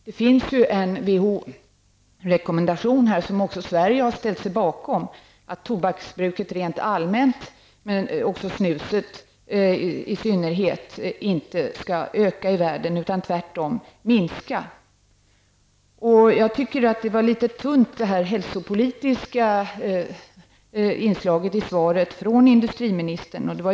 Det finns ju en WHO-rekommendation som också Sverige har ställt sig bakom -- att tobaksbruket rent allmänt, och bruket av snus i synnerhet, inte skall öka i världen utan tvärtom minska. Jag tycker att det hälsopolitiska inslaget i svaret från industriministern var litet tunt.